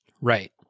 Right